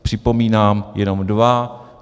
Připomínám jenom dva.